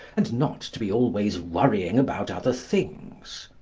and not to be always worrying about other things.